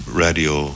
radio